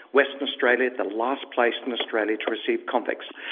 western australia, the last place in australia to receive convicts.